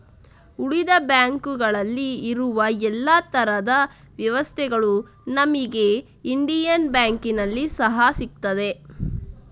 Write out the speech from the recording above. ಉಳಿದ ಬ್ಯಾಂಕುಗಳಲ್ಲಿ ಇರುವ ಎಲ್ಲಾ ತರದ ವ್ಯವಸ್ಥೆಗಳು ನಮಿಗೆ ಇಂಡಿಯನ್ ಬ್ಯಾಂಕಿನಲ್ಲಿ ಸಹಾ ಸಿಗ್ತದೆ